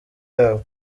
yabo